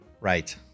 right